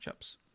matchups